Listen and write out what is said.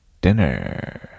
dinner